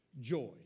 joy